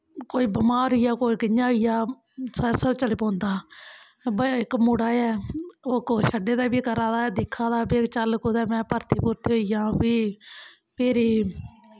कोई बमारी ऐ कोई कि'यां होई जा सर्कल चली पौंदा ब इक मुड़ा ऐ ओह् कोई शड्डै दा घरै दा दिक्खा दा चल में कुदै में भर्थी भूर्थी होई जां फ्ही भिरी